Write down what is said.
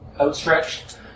Outstretched